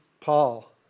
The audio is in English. Paul